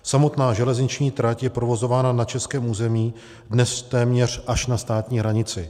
Samotná železniční trať je provozována na českém území dnes téměř až na státní hranici.